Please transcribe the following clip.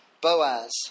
Boaz